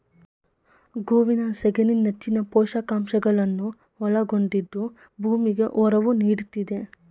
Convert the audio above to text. ಗೋವಿನ ಸಗಣಿ ನೆಚ್ಚಿನ ಪೋಷಕಾಂಶಗಳನ್ನು ಒಳಗೊಂಡಿದ್ದು ಭೂಮಿಗೆ ಒರವು ನೀಡ್ತಿದೆ